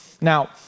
Now